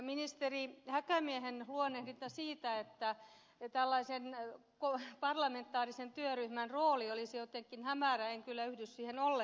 ministeri häkämiehen luonnehdintaan siitä että tällaisen parlamentaarisen työryhmän rooli olisi jotenkin hämärä en kyllä yhdy ollenkaan